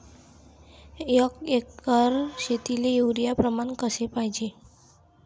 एक एकर शेतीले युरिया प्रमान कसे पाहिजे?